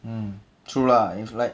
hmm true lah is like